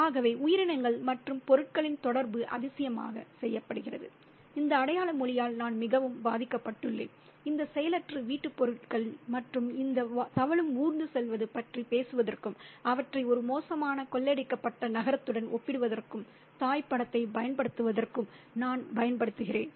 ஆகவே உயிரினங்கள் மற்றும் பொருட்களின் தொடர்பு அதிசயமாக செய்யப்படுகிறது இந்த அடையாள மொழியால் நான் மிகவும் பாதிக்கப்பட்டுள்ளேன் இந்த செயலற்ற வீட்டுப் பொருட்கள் மற்றும் இந்த தவழும் ஊர்ந்து செல்வது பற்றிப் பேசுவதற்கும் அவற்றை ஒரு மோசமான கொள்ளையடிக்கப்பட்ட நகரத்துடன் ஒப்பிடுவதற்கும் தாய் படத்தைப் பயன்படுத்துவதற்கும் நான் பயன்படுத்துகிறேன்